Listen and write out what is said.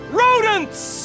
rodents